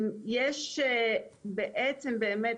יש בעצם באמת,